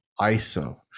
iso